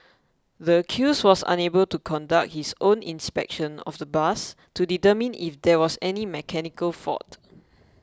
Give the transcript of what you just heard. the accused was unable to conduct his own inspection of the bus to determine if there was any mechanical fault